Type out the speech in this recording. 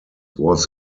was